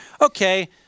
okay